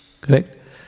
Correct